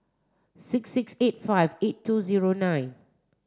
six six eight five eight two zero nine